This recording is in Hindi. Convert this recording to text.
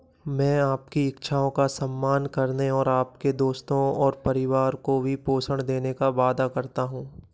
मैं आपकी इच्छाओं का सम्मान करने और आपके दोस्तों और परिवार को भी पोषण देने का वादा करता हूँ